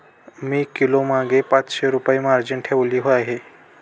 मी किलोमागे पाचशे रुपये मार्जिन ठेवली आहे